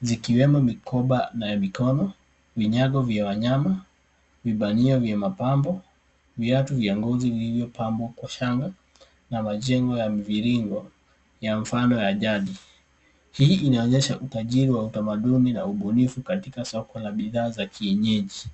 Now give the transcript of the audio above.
zikiwemo mikoba na ya mikono, vinyago vya wanyama, vibanio vya mapambo, viatu vya ngozi vilivyopambwa kwa shanga na majengo ya mviringo ya mfano wa jadi. Hii inaonyesha utajiri wa utamaduni na ubunifu katika soko la bidhaa za kienyeji.